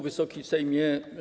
Wysoki Sejmie!